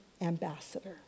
ambassador